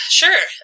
sure